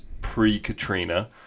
pre-Katrina